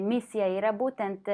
misija yra būtent